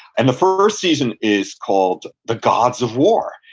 and the first season is called the gods of war,